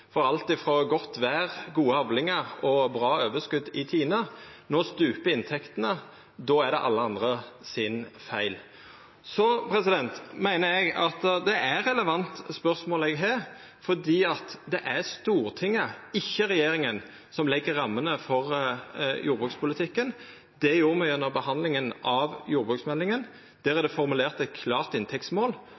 for alt frå godt vêr til gode avlingar og bra overskot i TINE. No stuper inntektene, og då er det alle andre sin feil. Eg meiner det er eit relevant spørsmål eg har, for det er Stortinget, ikkje regjeringa, som legg rammene for jordbrukspolitikken. Det gjorde me under behandlinga av jordbruksmeldinga, der er det formulert eit klart inntektsmål.